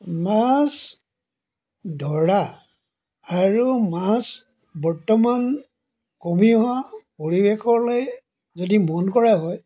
মাছ ধৰা আৰু মাছ বৰ্তমান কমি অহা পৰিৱেশলৈ যদি মন কৰা হয়